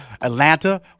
Atlanta